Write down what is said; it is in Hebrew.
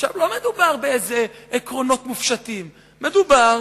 לא מדובר בעקרונות מופשטים כלשהם.